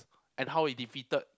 and how he defeated